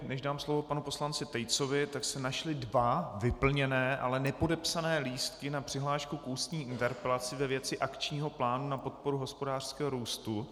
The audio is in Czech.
Než dám slovo panu poslanci Tejcovi našly se dva vyplněné, ale nepodepsané lístky na přihlášku k ústní interpelaci ve věci akčního plánu na podporu hospodářského růstu.